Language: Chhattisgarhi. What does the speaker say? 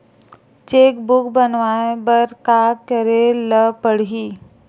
चेक बुक बनवाय बर का करे ल पड़हि?